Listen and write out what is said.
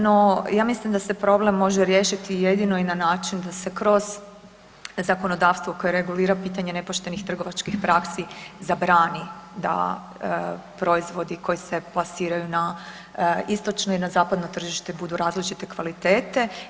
No, ja mislim da se problem može riješiti jedino i na način da se kroz zakonodavstvo koje regulira pitanje nepoštenih trgovačkih praksi zabrani da proizvodi koji se plasiraju na istočno i na zapadno tržište budu različite kvalitete.